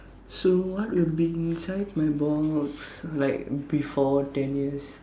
so what would be inside my box like before ten years